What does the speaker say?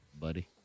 Buddy